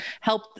help